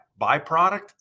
byproduct